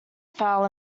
fowl